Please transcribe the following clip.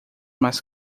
mais